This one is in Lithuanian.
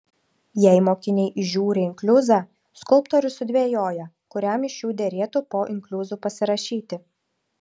jei mokiniai įžiūri inkliuzą skulptorius sudvejoja kuriam iš jų derėtų po inkliuzu pasirašyti